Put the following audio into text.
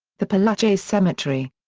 the pere lachaise cemetery.